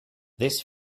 this